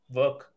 work